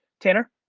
tanner?